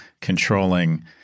controlling